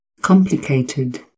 complicated